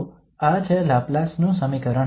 તો આ છે લાપ્લાસ નું સમીકરણ